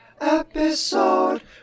episode